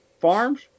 farms